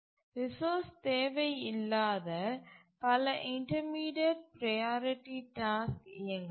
resource தேவை இல்லாத பல இன்டர்மீடியட் ப்ரையாரிட்டி டாஸ்க் இயங்கலாம்